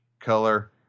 color